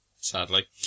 sadly